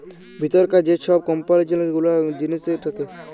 ভিতরকার যে ছব কম্পজিসল গুলা কল জিলিসের থ্যাকে